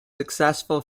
successful